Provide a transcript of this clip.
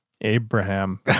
Abraham